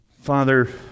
Father